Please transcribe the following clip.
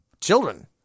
Children